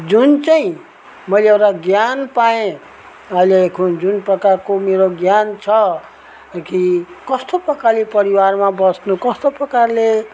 जुन चाहिँ मैले एउटा ज्ञान पाएँ अहिलेको जुन प्रकारको मेरो ज्ञान छ कि कस्तो प्रकारले परिवारमा बस्नु कस्तो प्रकारले